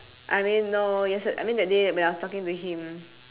I mean no yes I mean that day when I was talking to him